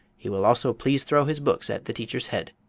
he will also please throw his books at the teacher's head.